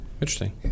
Interesting